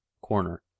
corner